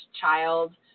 child